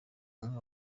umwe